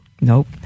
Nope